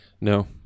No